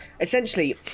Essentially